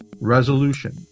Resolution